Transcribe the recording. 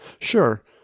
Sure